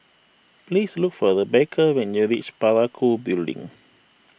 please look for Rebecca when you reach Parakou Building